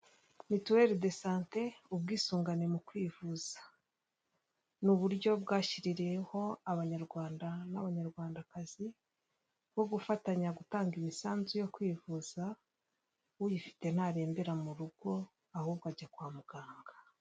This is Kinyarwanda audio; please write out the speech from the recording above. Mituwele desante ubwisungane mu kwivuza. Ni uburyo bwashyiriweho abanyarwanda n'abanyarwandakazi bwo gufatanya gutanga imisanzu yo kwivuza, uyifite ntarembera mu rugo ahubwo ajya kwa muganga.